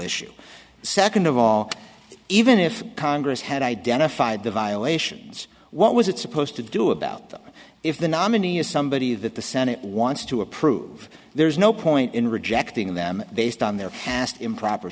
issue second of all even if congress had identified the violations what was it supposed to do about it if the nominee is somebody that the senate wants to approve there's no point in rejecting them based on their past improper